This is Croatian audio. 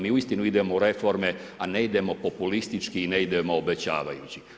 Mi uistinu idemo u reforme a ne idemo populistički i ne idemo obećavajući.